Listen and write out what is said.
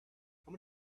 how